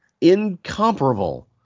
incomparable